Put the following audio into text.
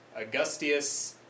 Augustius